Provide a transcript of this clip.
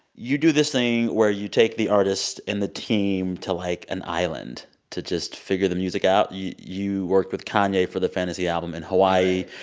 you do this thing where you take the artist and the team to, like, an island to just figure the music out. you you worked with kanye for the fantasy album in hawaii.